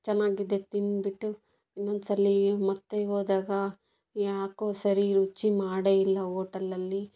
ಚೆನ್ನಾಗಿದೆ ತಿಂದ್ಬಿಟ್ಟು ಇನ್ನೊಂದು ಸಲ ಮತ್ತೆ ಹೋದಾಗ ಯಾಕೋ ಸರಿ ರುಚಿ ಮಾಡೇ ಇಲ್ಲ ಹೋಟೆಲಲ್ಲಿ